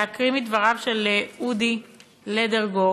להקריא מדבריו של אודי לדרגור,